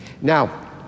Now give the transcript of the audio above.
Now